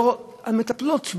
מטפלות,